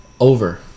Over